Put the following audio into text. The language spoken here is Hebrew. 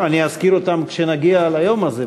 אני אזכיר אותם כשנגיע ליום הזה,